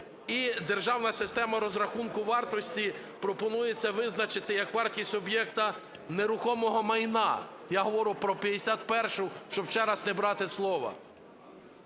державна система розрахунку вартості пропонується визначити як вартість об'єкта нерухомого майна, я говорю про 51-у, щоб ще раз не брати слово.